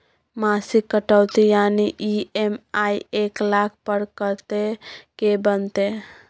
मासिक कटौती यानी ई.एम.आई एक लाख पर कत्ते के बनते?